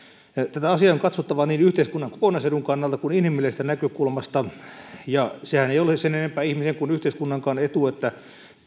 tätä asiaa on katsottava niin yhteiskunnan koko naisedun kannalta kuin inhimillisestä näkökulmasta ja sehän ei ole sen enempää ihmisen kuin yhteiskunnankaan etu että